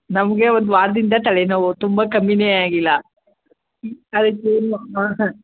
ನಮಗೆ ಒಂದು ವಾರದಿಂದ ತಲೆ ನೋವು ತುಂಬ ಕಮ್ಮಿನೆ ಆಗಿಲ್ಲ ಅದಕ್ಕೆ ಇನ್ನು ಹಾಂ ಹಾಂ